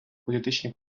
політичні